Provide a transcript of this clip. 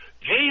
Jesus